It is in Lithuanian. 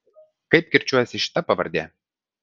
kaip kirčiuojasi šita pavardė